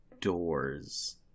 doors